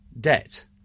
debt